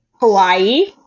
hawaii